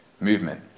movement